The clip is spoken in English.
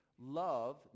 love